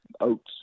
oats